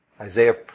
Isaiah